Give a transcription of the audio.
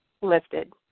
lifted